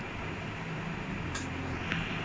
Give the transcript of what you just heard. for only the tamil part